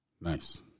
Nice